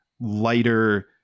lighter